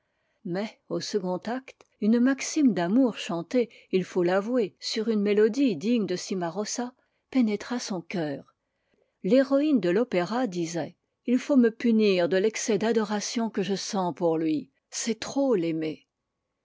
mais au second acte une maxime d'amour chantée il faut l'avouer sur une mélodie digne de cimarosa pénétra son coeur l'héroïne de l'opéra disait il faut me punir de l'excès d'adoration que je sens pour lui c'est trop l'aimer